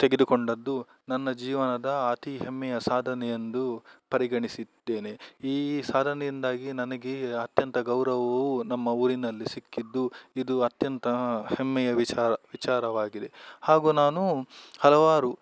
ತೆಗೆದುಕೊಂಡದ್ದು ನನ್ನ ಜೀವನದ ಅತೀ ಹೆಮ್ಮೆಯ ಸಾಧನೆ ಎಂದು ಪರಿಗಣಿಸಿದ್ದೇನೆ ಈ ಸಾಧನೆಯಿಂದಾಗಿ ನನಗೆ ಅತ್ಯಂತ ಗೌರವವು ನಮ್ಮ ಊರಿನಲ್ಲಿ ಸಿಕ್ಕಿದ್ದು ಇದು ಅತ್ಯಂತ ಹೆಮ್ಮೆಯ ವಿಚಾರ ವಿಚಾರವಾಗಿದೆ ಹಾಗೂ ನಾನು ಹಲವಾರು